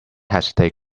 hesitate